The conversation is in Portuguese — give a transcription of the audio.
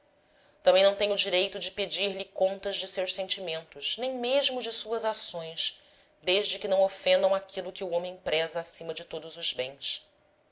também não tenho direito de pedir-lhe contas de seus sentimentos nem mesmo de suas ações desde que não ofendam aquilo que o homem preza acima de todos os bens